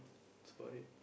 that's bout it